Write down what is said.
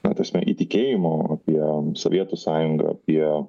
ta prasme įtikėjimo apie sovietų sąjungą apie